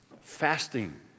Fasting